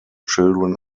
children